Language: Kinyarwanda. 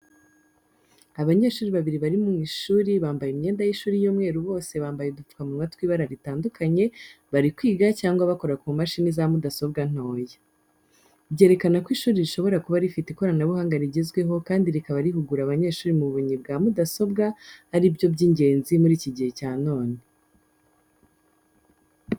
Abanyeshuri babiri bari mu ishuri bambaye imyenda y'ishuri y'umweru bose bambaye udupfukamunwa tw'ibara ritandukanye, bari kwiga cyangwa bakora ku mashini za mudasobwa ntoya. Byerekana ko ishuri rishobora kuba rifite ikoranabuhanga rigezweho kandi rikaba rihugura abanyeshuri mu bumenyi bwa mudasobwa ari byo by'ingenzi muri iki gihe cya none.